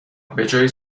بجای